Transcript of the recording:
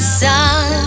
sun